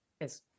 Yes